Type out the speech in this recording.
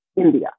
India